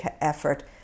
effort